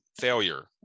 failure